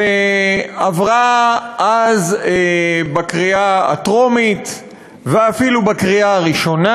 ועברה אז בקריאה הטרומית ואפילו בקריאה הראשונה.